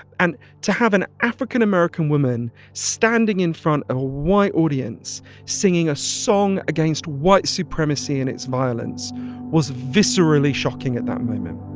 and to have an african american woman standing in front of a white audience singing a song against white supremacy and its violence was viscerally shocking at that moment